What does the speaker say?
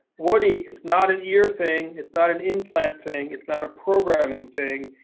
woody, it's not an ear thing, it's not an implant thing, it's not a programming thing,